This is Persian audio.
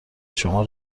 شما